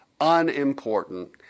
unimportant